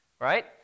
right